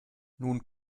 nun